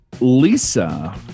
Lisa